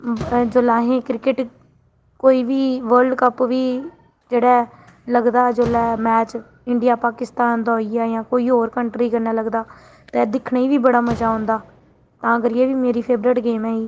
जोल्लै असें गी क्रिकेट कोई बी वर्ल्ड कप बी जेह्ड़ा लगदा जोल्लै मैच इंडिया पाकिस्तान दा होई गेआ जां कोई होर कंट्री कन्नै लगदा ते दिक्खने बी बड़ा मजा औंदा तां करियै बी मेरी फेवरेट गेम ऐ ही